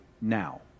now